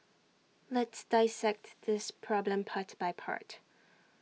let's dissect this problem part by part